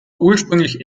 ursprünglich